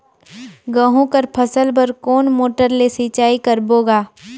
गहूं कर फसल बर कोन मोटर ले सिंचाई करबो गा?